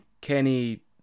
Kenny